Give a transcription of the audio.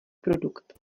produkt